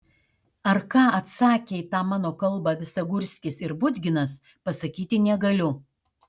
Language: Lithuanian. ar ką atsakė į tą mano kalbą visagurskis ir budginas pasakyti negaliu